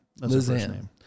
Lizanne